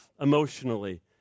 emotionally